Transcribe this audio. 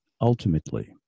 ultimately